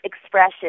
expression